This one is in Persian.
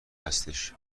هستش